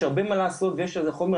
יש הרבה מה לעשות ויש על זה חומר,